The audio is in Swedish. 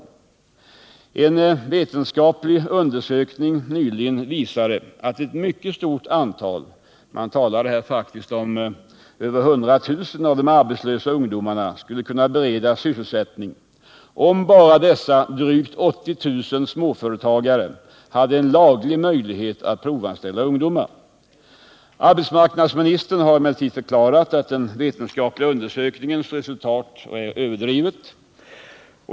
En nyligen utförd vetenskaplig undersökning visar att ett mycket stort antal — man talar om över 100 000 — av de arbetslösa ungdomarna skulle kunna beredas sysselsättning, om bara dessa drygt 80 000 småföretagare hade en laglig möjlighet att provanställa ungdomar. Arbetsmarknadsministern har emellertid förklarat att denna vetenskapliga undersöknings resultat är överdrivet.